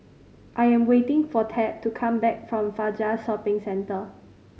I am waiting for Tab to come back from Fajar Shopping Centre